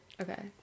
Okay